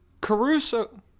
Caruso